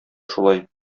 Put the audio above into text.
шулай